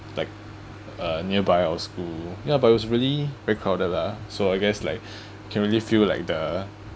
like uh nearby our school ya but it was really recorded lah so I guess like can really feel like the